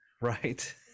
right